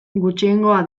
gutxiengoa